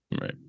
Right